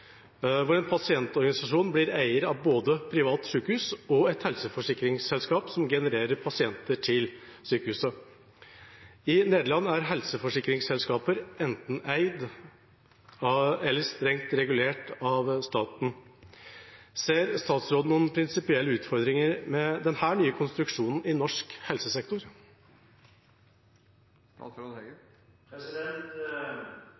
hvor en pasientorganisasjon blir eier av både private sykehus og et helseforsikringsselskap som genererer pasienter til disse. I Nederland er helseforsikringsselskaper enten eid eller strengt regulert av staten. Ser statsråden noen prinsipielle utfordringer med denne nye konstruksjonen i norsk helsesektor?»